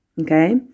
Okay